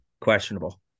Questionable